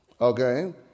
Okay